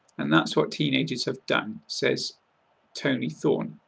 and that's what teenagers have done, says tony thorne,